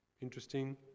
Interesting